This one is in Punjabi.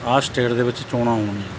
ਆਹ ਸਟੇਟ ਦੇ ਵਿੱਚ ਚੋਣਾਂ ਹੋਣੀਆਂ